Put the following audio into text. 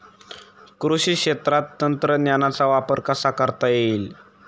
कृषी क्षेत्रात तंत्रज्ञानाचा वापर कसा करता येईल?